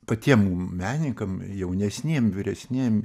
patiem menininkam jaunesniem vyresniem